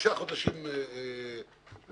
- שישה חודשים לכללים.